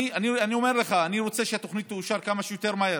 אני אומר לך שאני רוצה שהתוכנית תאושר כמה שיותר מהר.